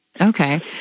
Okay